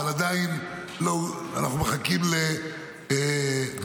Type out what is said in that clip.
אבל עדיין אנחנו מחכים לתגובת